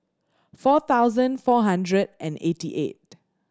four thousand four hundred and eighty eight